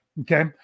Okay